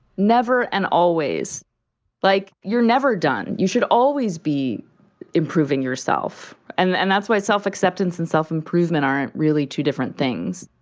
never. and always like, you're never done. and you should always be improving yourself. and and that's why self acceptance and self improvement aren't really two different things.